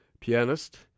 pianist